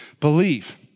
believe